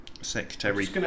secretary